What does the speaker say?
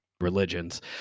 religions